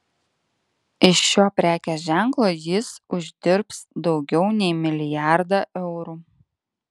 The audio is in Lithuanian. iš šio prekės ženklo jis uždirbs daugiau nei milijardą eurų